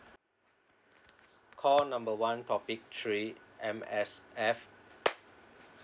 call number one topic three M_S_F